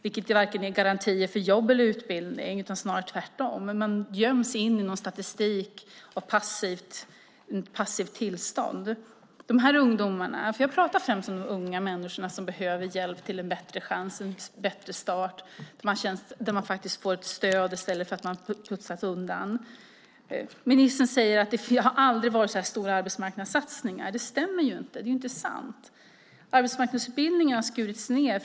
Det är varken garantier för jobb eller för utbildning, utan snarare tvärtom. Man göms in i någon statistik i passivt tillstånd. De här ungdomarna - jag pratar främst om de unga människorna - behöver hjälp till en bättre chans, en bättre start. Det handlar om att de faktiskt får ett stöd i stället för att puttas undan. Ministern säger att det aldrig har varit så här stora arbetsmarknadssatsningar. Det stämmer inte. Det är inte sant. Arbetsmarknadsutbildningen har skurits ned.